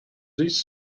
these